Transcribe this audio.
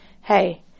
Hey